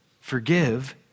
forgive